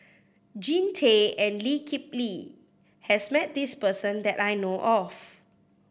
Jean Tay and Lee Kip Lee has met this person that I know of